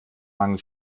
mangel